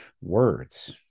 Words